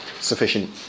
sufficient